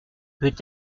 peut